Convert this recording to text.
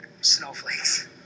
Snowflakes